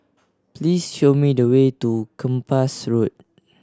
please show me the way to Kempas Road